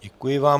Děkuji vám.